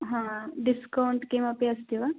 हा डिस्कौण्ट् किमपि अस्ति वा